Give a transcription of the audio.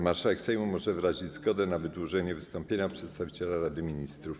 Marszałek Sejmu może wyrazić zgodę na wydłużenie wystąpienia przedstawiciela Rady Ministrów.